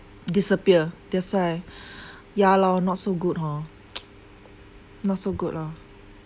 disappear that's why yeah lor not so good hor not so good lor